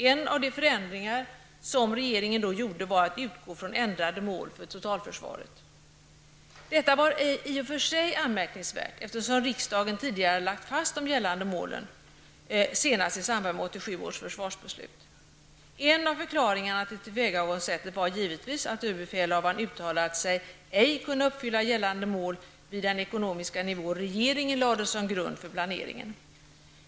En av de förändringar som regeringen då gjorde var att man skulle utgå från ändrade mål för totalförsvaret. Detta är i och för sig anmärkningsvärt, eftersom riksdagen tidigare har lagt fast de gällande målen, senast i samband med En av förklaringarna när det gäller tillvägagångssättet var givetvis att ÖB uttalat sig oförmögen att uppfylla gällande mål på den ekonomiska nivå som regeringen lade som grund för planeringen.